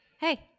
Hey